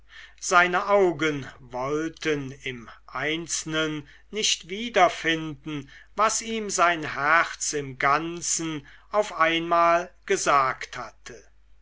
seine augen wollten im einzelnen nicht wiederfinden was ihm sein herz im ganzen auf einmal gesagt hatte